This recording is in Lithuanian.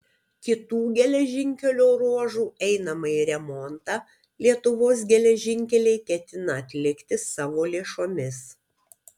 kitų geležinkelio ruožų einamąjį remontą lietuvos geležinkeliai ketina atlikti savo lėšomis